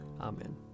Amen